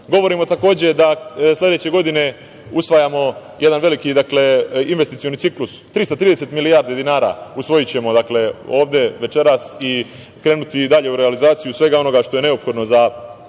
zarade. Govorimo, takođe, da sledeće godine usvajamo jedan veliki investicioni ciklus. Dakle, 330 milijardi dinara usvojićemo ovde večeras i krenuti dalje u realizaciju svega onoga što je neophodno za